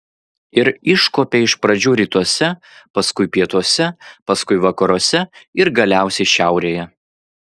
ir iškuopė iš pradžių rytuose paskui pietuose paskui vakaruose ir galiausiai šiaurėje